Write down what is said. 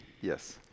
Yes